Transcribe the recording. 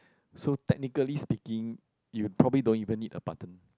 so technically speaking you probably don't even need a button